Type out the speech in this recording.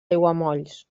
aiguamolls